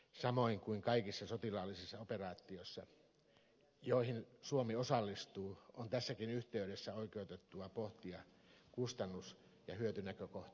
samoin kuin kaikissa sotilaallisissa operaatioissa joihin suomi osallistuu on tässäkin yhteydessä oikeutettua pohtia kustannus ja hyötynäkökohtia